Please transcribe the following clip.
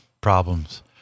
problems